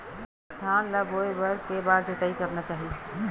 धान ल बोए बर के बार जोताई करना चाही?